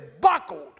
buckled